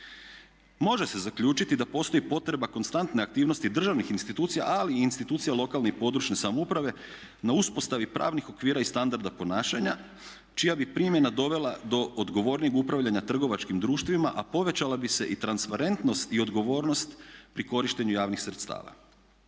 Može se zaključiti da postoji potreba konstantne aktivnosti državnih institucija, ali i institucija lokalne i područne samouprave na uspostavi pravnih okvira i standarda ponašanja čija bi primjena dovela do odgovornijeg upravljanja trgovačkim društvima, a povećala bi se i transparentnost i odgovornost pri korištenju javnih sredstava.